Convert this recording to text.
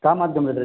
କାହା ମାଧ୍ୟମରେ